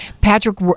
Patrick